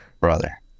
brother